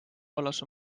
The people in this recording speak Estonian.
vallas